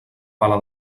pala